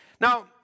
Now